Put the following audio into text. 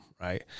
right